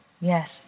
Yes